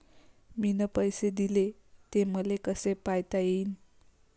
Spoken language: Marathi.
मिन पैसे देले, ते मले कसे पायता येईन?